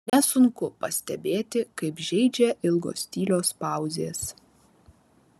nesunku pastebėti kaip žeidžia ilgos tylios pauzės